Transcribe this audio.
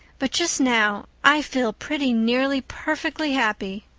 but just now i feel pretty nearly perfectly happy.